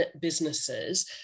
businesses